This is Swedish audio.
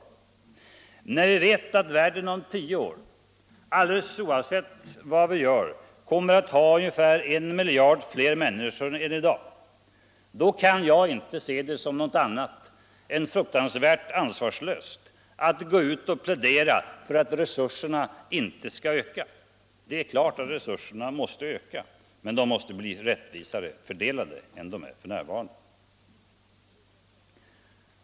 Men när vi vet att världen om tio år, alldeles oavsett vad vi gör, kommer att ha ungefär en miljard fler människor än i dag, kan jag inte se det som något annat än fruktansvärt ansvarslöst att gå ut och plädera för att resurserna inte skall öka. Det är klart att resurserna måste öka, men de måste bli rättvisare fördelade än de är f.n.